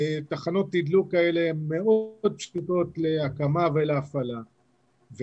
תחנות תדלוק כאלה הן מאוד פשוטות להקמה ולהפעלה,